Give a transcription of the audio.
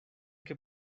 que